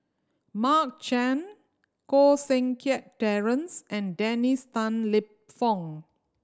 Mark Chan Koh Seng Kiat Terence and Dennis Tan Lip Fong